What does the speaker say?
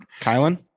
Kylan